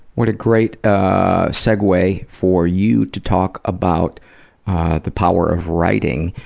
what a great ah segway for you to talk about the power of writing,